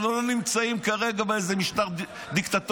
אנחנו לא נמצאים כרגע באיזה משטר דיקטטורי.